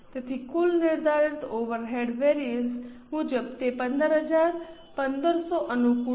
તેથી કુલ નિર્ધારિત ઓવરહેડ વેરિએન્સ મુજબ તે 15000 1500 અનુકૂળ છે